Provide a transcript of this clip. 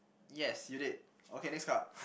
yes you did okay next card